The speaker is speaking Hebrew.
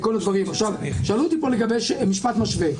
היא יכולה לקבוע מגבלות חלופיות.